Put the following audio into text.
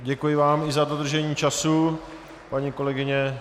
Děkuji vám i za dodržení času, paní kolegyně.